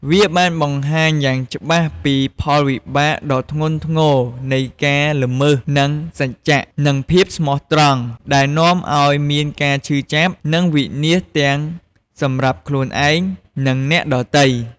វាបានបង្ហាញយ៉ាងច្បាស់ពី ផលវិបាកដ៏ធ្ងន់ធ្ងរនៃការល្មើសនឹងសច្ចៈ និងភាពស្មោះត្រង់ ដែលនាំឲ្យមានការឈឺចាប់ និងវិនាសទាំងសម្រាប់ខ្លួនឯង និងអ្នកដទៃ។